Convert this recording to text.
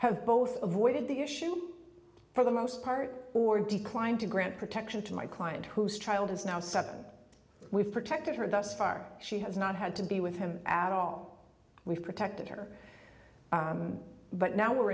have both avoided the issue for the most part or declined to grant protection to my client whose trial has now supper we've protected her thus far she has not had to be with him at all we've protected her but now we're